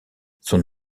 son